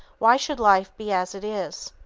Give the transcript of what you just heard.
why should life be as it is?